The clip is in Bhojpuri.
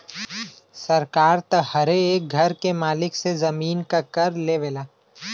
सरकार त हरे एक घर के मालिक से जमीन के कर लेवला